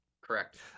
Correct